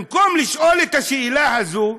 במקום לשאול את השאלה הזאת,